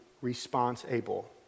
response-able